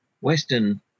Western